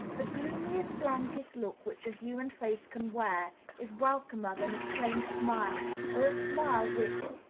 the gloomiest, blankest look which a human face can wear is welcomer than a trained smile or a smile which,